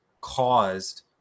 caused